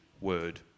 word